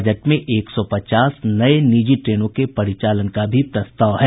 budget में एक सौ पचास नये निजी ट्रेनों के परिचालन का भी प्रस्ताव है